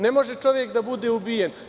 Ne može čovek da bude ubijen.